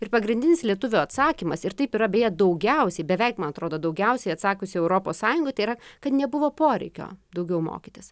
ir pagrindinis lietuvių atsakymas ir taip yra beje daugiausiai beveik man atrodo daugiausiai atsakiusių europos sąjungoj tai yra kad nebuvo poreikio daugiau mokytis